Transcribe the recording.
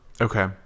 Okay